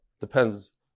Depends